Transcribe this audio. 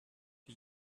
die